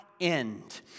end